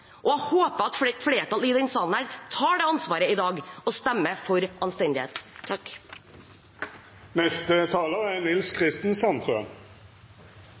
har. Jeg håper at et flertall i denne salen tar det ansvaret i dag og stemmer for anstendighet. Arbeiderpartiet er